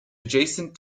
adjacent